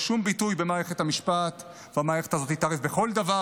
שום ביטוי במערכת המשפט והמערכת הזאת תתערב בכל דבר,